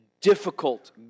difficult